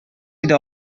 иде